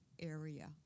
area